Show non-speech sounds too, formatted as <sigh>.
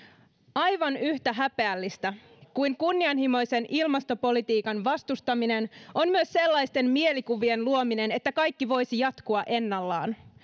aivan yhtä häpeällistä kuin kunnianhimoisen ilmastopolitiikan vastustaminen on myös sellaisten mielikuvien luominen että kaikki voisi jatkua ennallaan <unintelligible>